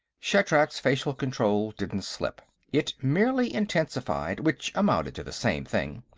shatrak's facial control didn't slip. it merely intensified, which amounted to the same thing.